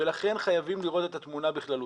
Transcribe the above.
לכן חייבים לראות את התמונה בכללותה.